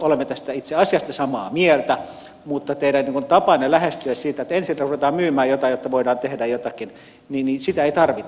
olemme tästä itse asiasta samaa mieltä mutta teidän tapaanne lähestyä sitä niin että ensin me rupeamme myymään jotain jotta voidaan tehdä jotakin ei tarvita